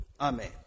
Amen